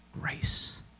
Grace